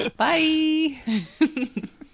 bye